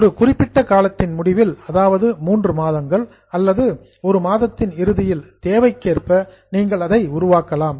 ஒரு குறிப்பிட்ட காலத்தின் முடிவில் அதாவது மூன்று மாதங்கள் அல்லது ஒரு மாதத்தின் இறுதியில் தேவைக்கேற்ப நீங்கள் அதை உருவாக்கலாம்